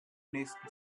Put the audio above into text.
nächsten